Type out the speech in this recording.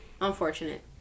Unfortunate